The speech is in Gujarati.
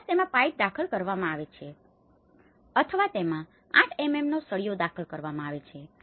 કદાચ તેમાં પાઇપ દાખલ કરવામાં આવે છે અથવા તેમાં 8mmનો સળીયો દાખલ કરવામાં આવે છે